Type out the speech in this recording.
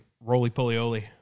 roly-poly-oly